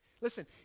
Listen